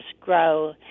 grow